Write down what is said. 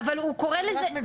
--- זה לא משנה.